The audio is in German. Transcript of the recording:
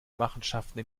machenschaften